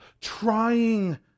trying